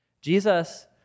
Jesus